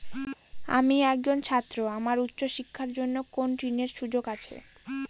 আমি একজন ছাত্র আমার উচ্চ শিক্ষার জন্য কোন ঋণের সুযোগ আছে?